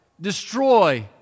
destroy